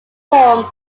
form